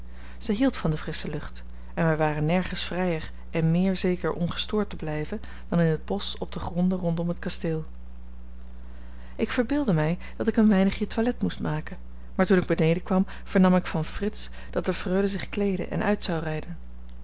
zij hield van de frissche lucht en wij waren nergens vrijer en meer zeker ongestoord te blijven dan in het bosch op de gronden rondom het kasteel ik verbeeldde mij dat ik een weinigje toilet moest maken maar toen ik beneden kwam vernam ik van frits dat de freule zich kleedde en uit zou rijden